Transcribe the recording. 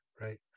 right